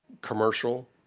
commercial